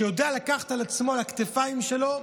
שיודע לקחת על עצמו, על הכתפיים שלו,